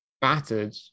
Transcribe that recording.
battered